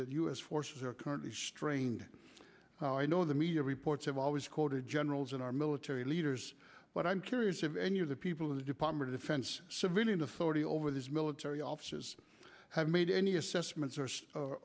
s forces are currently strained i know the media reports have always quoted generals and our military leaders but i'm curious if any of the people in the department of defense civilian authority over these military officers have made any assessments or